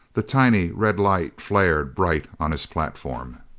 the tiny red light flared bright on his platform.